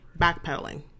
backpedaling